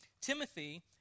Timothy